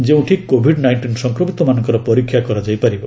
ଯେଉଁଠି COVID nineteen ସଂକ୍ରମିତମାନଙ୍କର ପରୀକ୍ଷା କରାଯାଇ ପାରିବ